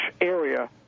area